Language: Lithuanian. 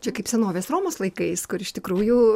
čia kaip senovės romos laikais kur iš tikrųjų